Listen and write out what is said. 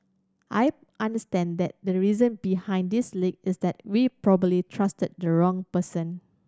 I understand that the reason behind this leak is that we probably trusted the wrong person